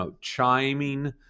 chiming